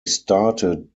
started